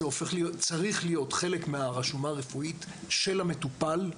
צריך להיות מהרשומה הרפואית של המטופל,